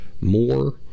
more